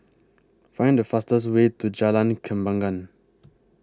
Find The fastest Way to Jalan Kembangan